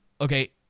okay